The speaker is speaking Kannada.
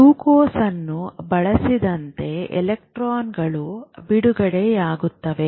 ಗ್ಲೂಕೋಸ್ ಅನ್ನು ಬಳಸಿದಂತೆ ಎಲೆಕ್ಟ್ರಾನ್ಗಳು ಬಿಡುಗಡೆಯಾಗುತ್ತವೆ